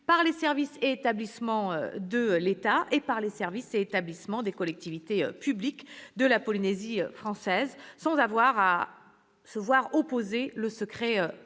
par les services et établissements de l'État et par les services et établissements des collectivités publiques de la Polynésie française, sans se voir opposer le secret professionnel.